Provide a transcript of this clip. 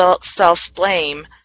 self-blame